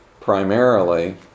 primarily